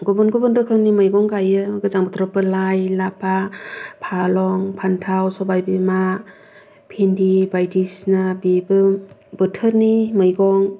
गुबुन गुबुन रोखोमनि मैगं गायो गोजां बोथोराव लाय लाफा फालें फानथाव सबाय बिमा भेन्डि बायदिसिना बेबो बोथोरनि मैगं